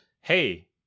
hey